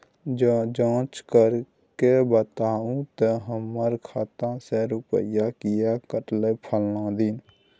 ज जॉंच कअ के बताबू त हमर खाता से रुपिया किये कटले फलना दिन?